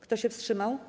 Kto się wstrzymał?